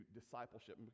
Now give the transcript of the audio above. discipleship